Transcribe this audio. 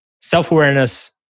self-awareness